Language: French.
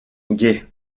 gay